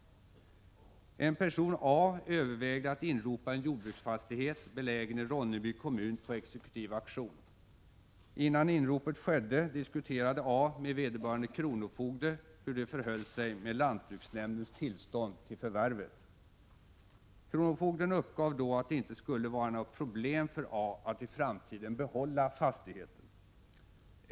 En person, A, övervägde att inropa en jordbruksfastighet — belägen i Ronneby kommun — på exekutiv auktion. Innan inropet skedde, diskuterade A med vederbörande kronofogde hur det förhöll sig med lantbruksnämndens tillstånd till förvärvet. Kronofogden uppgav då att det ej skulle vara några problem för A att i framtiden behålla fastigheten.